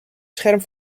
scherm